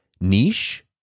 niche